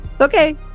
Okay